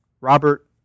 Robert